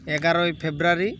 ᱮᱜᱟᱨᱳᱭ February